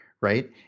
right